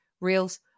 reels